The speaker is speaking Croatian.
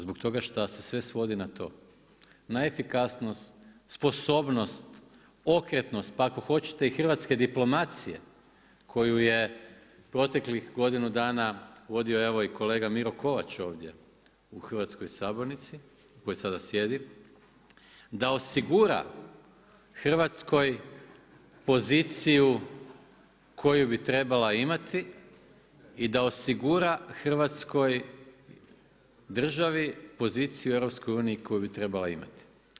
Zbog toga šta se sve svodi na to, na efikasnost, sposobnost, okretnost, pa ako hoćete i hrvatske diplomacije koju je proteklih godinu dana vodio evo i kolega Miro Kovač ovdje u hrvatskoj Sabornici, u kojoj sada sjedi, da osigura Hrvatskoj poziciju koju bi trebala imati i da osigura hrvatskoj državi poziciju u EU-u koju bi trebala imati.